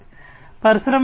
పరిశ్రమ 3